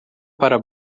para